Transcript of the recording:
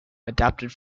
adapted